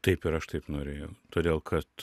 taip ir aš taip norėjau todėl kad